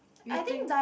you think